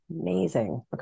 Amazing